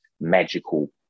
magical